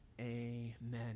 Amen